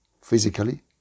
Physically